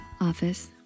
office